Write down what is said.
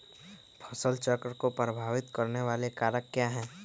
फसल चक्र को प्रभावित करने वाले कारक क्या है?